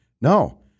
No